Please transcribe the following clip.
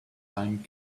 time